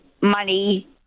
money